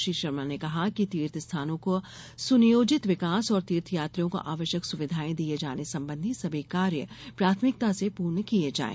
श्री शर्मा ने कहा कि तीर्थ स्थानों का सुनियोजित विकास और तीर्थ यात्रियों को आवश्यक सुविधाएँ दिए जाने संबंधी सभी कार्य प्राथमिकता से पूर्ण किए जाएँ